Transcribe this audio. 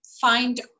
find